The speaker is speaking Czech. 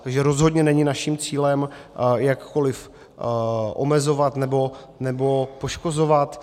Takže rozhodně není naším cílem jakkoliv omezovat nebo poškozovat.